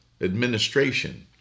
administration